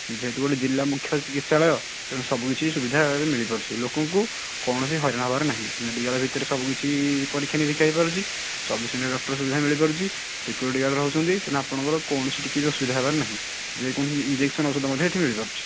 ଯେହେତୁ ଗୋଟେ ଜିଲ୍ଲା ମୁଖ୍ୟ ଚିକିସ୍ଚାଳୟ ତେଣୁ ସବୁକିଛି ସୁବିଧା ଏବେ ମିଳିପାରୁଛି ଲୋକଙ୍କୁ କୌଣସି ହଇରାଣ ହେବାର ନାହିଁ ମେଡ଼ିକାଲ ଭିତରେ ସବୁ କିଛି ପରୀକ୍ଷା ନିରୀକ୍ଷା ହେଇପାରୁଛି ଚବିଶି ଘଣ୍ଟା ଡକ୍ଟର ସୁବିଧା ମିଳିପାରୁଛି ସିକ୍ୟୁରିଟି ଗାର୍ଡ ରହୁଛନ୍ତି ତେଣୁ ଆପଣଙ୍କର କୌଣସି ଟିକେ ଅସୁବିଧା ହେବାର ନାହିଁ ଯେକୌଣସି ଇଞ୍ଜେକ୍ସନ ଔଷଧ ମଧ୍ୟ ଏଇଠି ମିଳିପାରୁଛି